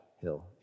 Hill